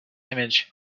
image